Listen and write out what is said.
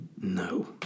no